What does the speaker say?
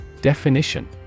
Definition